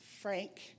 Frank